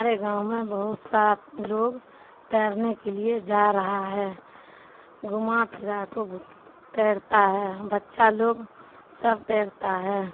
ہمارے گاؤں میں بہت سات لوگ تیرنے کے لیے جا رہا ہے گھما پھرا کو تیرتا ہے بچہ لوگ سب تیرتا ہے